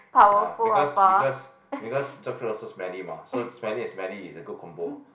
ah because because because jackfruit also smelly mah so smelly and smelly is a good combo